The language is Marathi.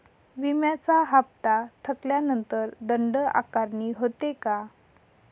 विम्याचा हफ्ता थकल्यानंतर दंड आकारणी होते का?